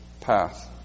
path